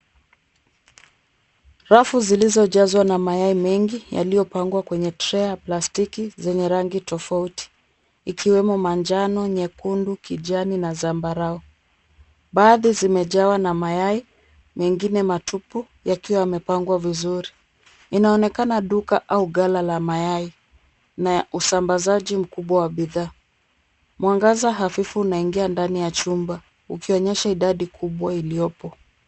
Rafu zilizojazwa na mayai mengi yaliyopangwa kwenye tray plastiki zenye rangi tofauti. Ikiwemo manjano, nyekundu, kijani na zambarau. Baadhi zimejawa na mayai mengine matupu yakiwa yamepangwa vizuri. Inaonekana duka au ghala la mayai na ya usambazaji mkubwa wa bidhaa. Mwangaza hafifu unaingia ndani ya chumba ukionyesha idadi kubwa iliyopo.